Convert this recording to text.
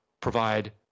provide